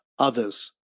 others